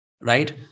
Right